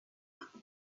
antico